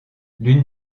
l’une